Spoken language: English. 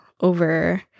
Over